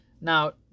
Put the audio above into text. Now